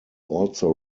also